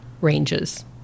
ranges